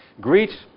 greet